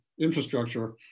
infrastructure